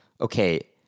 okay